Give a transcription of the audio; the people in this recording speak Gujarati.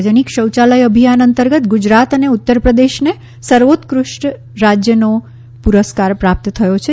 સાર્વજનિક શૌચાલય અભિયાન અંતર્ગત ગુજરાત અને ઉત્તરપ્રદેશને સર્વોત્કૃષ્ટ રાજ્યનો પુરસ્કાર પ્રાપ્ત થયો છે